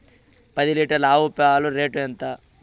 పది లీటర్ల ఆవు పాల రేటు ఎంత?